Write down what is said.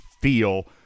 feel